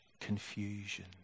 confusion